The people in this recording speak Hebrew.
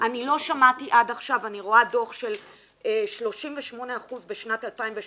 אני לא שמעתי עד עכשיו אני רואה דוח של 38% בשנת 2018